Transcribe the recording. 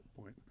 point